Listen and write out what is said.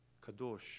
Kadosh